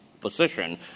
position